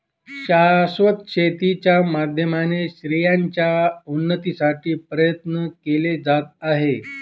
शाश्वत शेती च्या माध्यमाने स्त्रियांच्या उन्नतीसाठी प्रयत्न केले जात आहे